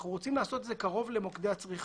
ואנחנו רוצים לעשות את זה קרוב למוקדי הצריכה.